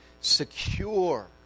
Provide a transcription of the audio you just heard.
secure